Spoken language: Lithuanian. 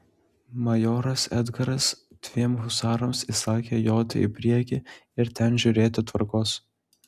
majoras edgaras dviem husarams įsakė joti į priekį ir ten žiūrėti tvarkos